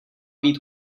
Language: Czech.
být